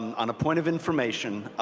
on a point of information,